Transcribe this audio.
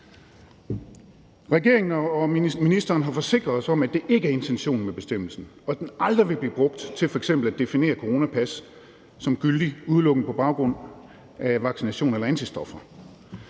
Regeringen og ministeren har forsikret os om, at det ikke er intentionen med bestemmelsen, og at den aldrig vil blive brugt til f.eks. at definere coronapas som gyldigt udelukkende på baggrund af vaccination eller antistoffer.